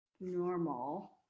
normal